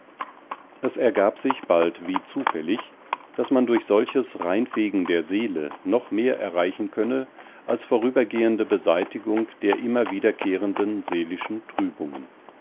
es ergab sich bald wie zufällig daß man durch solches reinfegen der seele noch mehr erreichen könne als vorübergehende beseitigung der immer wiederkehrenden seelischen trübungen